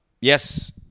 Yes